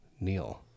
Neil